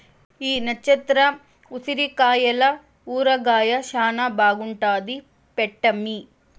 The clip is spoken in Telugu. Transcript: ఈ నచ్చత్ర ఉసిరికాయల ఊరగాయ శానా బాగుంటాది పెట్టమ్మీ